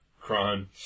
crime